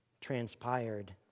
transpired